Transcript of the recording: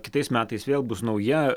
kitais metais vėl bus nauja